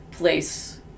place